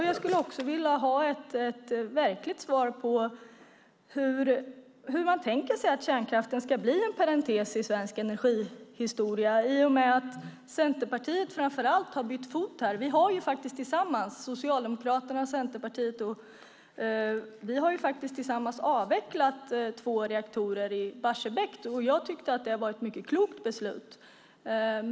Jag skulle också vilja ha ett verkligt svar på hur man tänker sig att kärnkraften ska bli en parentes i svensk energihistoria i och med att framför allt Centerpartiet har bytt fot här. Vi har faktiskt tillsammans - Socialdemokraterna och Centerpartiet - avvecklat två reaktorer i Barsebäck. Jag tycker att det var ett mycket klokt beslut.